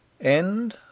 end